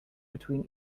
between